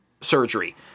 surgery